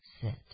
sit